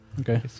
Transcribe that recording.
Okay